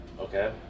Okay